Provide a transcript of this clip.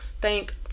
Thank